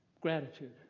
Gratitude